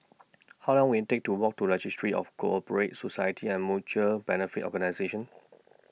How Long Will IT Take to Walk to Registry of Co Operative Societies and Mutual Benefit Organisations